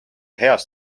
heast